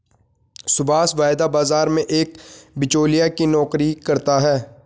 सुभाष वायदा बाजार में एक बीचोलिया की नौकरी करता है